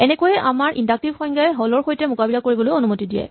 এনেকৈয়ে আমাৰ ইন্ডাক্টিভ সংজ্ঞাই হল ৰ সৈতে মোকাবিলা কৰিবলৈ অনুমতি দিয়ে